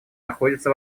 находится